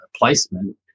placement